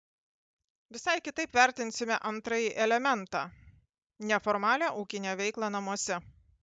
visai kitaip vertinsime antrąjį elementą neformalią ūkinę veiklą namuose